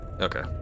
Okay